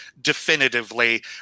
definitively